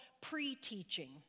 pre-teaching